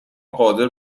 قادر